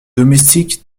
domestique